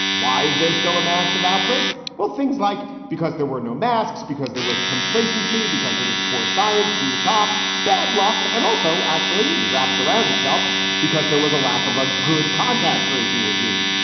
why is there still a massive outbreak? well, things like because there were no masks, because there was complacency, because there was poor science from the top, bad luck, and also actually wraps around itself because there was a lack of a good contact tracing regime.